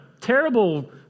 terrible